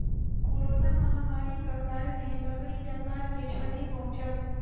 corona महामारीक कारणेँ लकड़ी व्यापार के क्षति पहुँचल